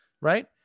Right